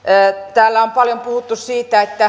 täällä on paljon puhuttu siitä